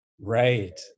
Right